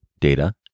data